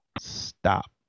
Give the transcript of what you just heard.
Stop